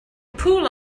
pool